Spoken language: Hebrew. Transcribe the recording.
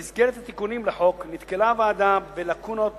במסגרת התיקונים לחוק נתקלה הוועדה בלקונות